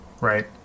right